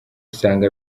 usanga